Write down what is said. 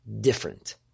different